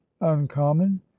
uncommon